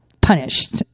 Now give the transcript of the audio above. Punished